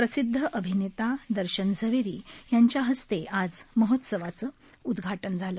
प्रसिद्ध अभिनेता दर्शन झवेरी यांच्या हस्ते आज महोत्सवाचं उद्घाटन झालं